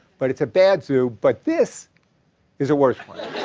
but it's a bad zoo. but this is a worse one.